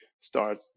start